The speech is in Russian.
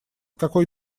какой